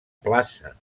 plaça